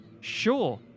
Sure